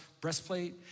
breastplate